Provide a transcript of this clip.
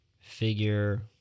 figure